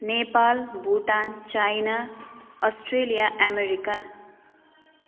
Nepal Bhutan China Australia America